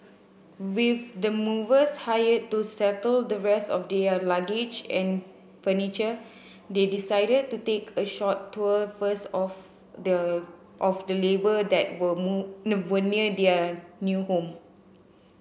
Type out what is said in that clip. with the movers hired to settle the rest of their luggage and furniture they decided to take a short tour first of the of the neighbour that were were near their new home